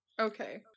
Okay